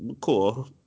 cool